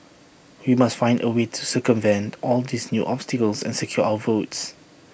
we must find A way to circumvent all these new obstacles and secure our votes